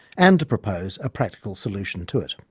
and to propose a practical solution to it.